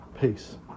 Peace